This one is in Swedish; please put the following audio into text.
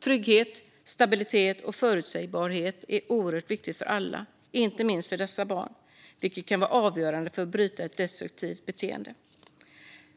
Trygghet, stabilitet och förutsägbarhet är oerhört viktigt för alla, inte minst för dessa barn, och det kan vara avgörande för att bryta ett destruktivt beteende.